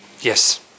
Yes